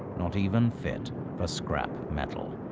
not even fit for scrap metal.